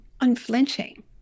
unflinching